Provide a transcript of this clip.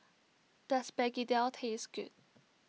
does Begedil taste good